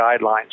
guidelines